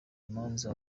imanza